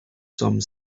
some